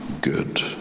good